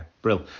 Brill